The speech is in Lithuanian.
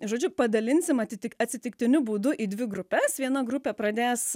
žodžiu padalinsim atitikt atsitiktiniu būdu į dvi grupes viena grupė pradės